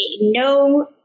no